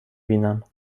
بینم